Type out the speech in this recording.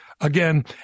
again